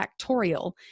Factorial